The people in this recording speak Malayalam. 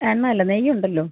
എണ്ണ അല്ല നെയ്യുണ്ടല്ലോ